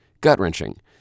gut-wrenching